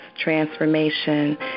transformation